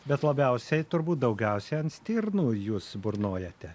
bet labiausiai turbūt daugiausia ant stirnų jūs burnojate